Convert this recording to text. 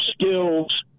skills